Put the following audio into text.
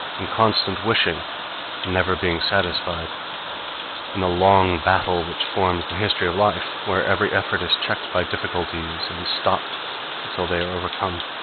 in constant wishing and never being satisfied in the long battle which forms the history of life, where every effort is checked by difficulties, and stopped until they are overcome.